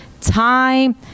time